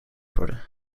worden